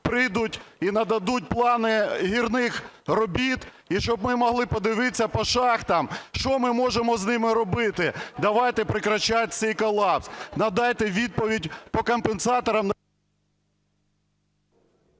прийдуть і нададуть плани гірничих робіт, і щоб ми могли подивитися по шахтам, що ми можемо з ними робити. Давайте прекращать цей колапс. Надайте відповідь по компенсаторам…